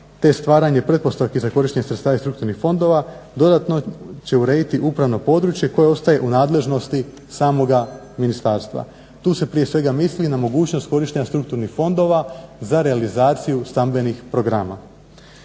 te stvaranje pretpostavki za korištenje sredstava iz strukturnih fondova dodatno će urediti upravno područje koje ostaje u nadležnosti samoga ministarstva. Tu se prije svega misli na mogućnost korištenja strukturnih fondova za realizaciju stambenih programa.